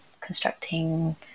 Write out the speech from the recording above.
constructing